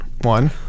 one